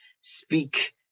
speak